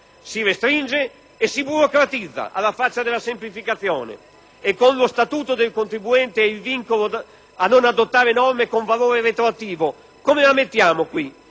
Si restringe e si burocratizza, alla faccia della semplificazione. E con lo Statuto del contribuente e il vincolo a non adottare norme con valore retroattivo come la mettiamo in